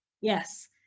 Yes